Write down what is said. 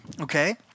okay